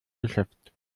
geschäft